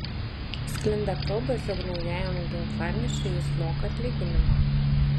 sklinda kalbos jog naujajam ginklanešiui jis moka atlyginimą